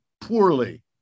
poorly